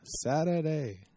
Saturday